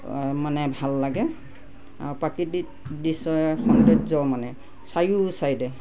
মানে ভাল লাগে আৰু প্ৰাকৃতিক দৃশ্যই সৌন্দৰ্য মানে চাৰিও চাইডে